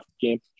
game